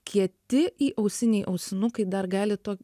kieti įausiniai ausinukai dar gali to